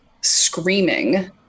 screaming